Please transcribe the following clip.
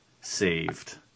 saved